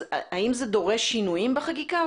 האם זה דורש שינויים בחקיקה?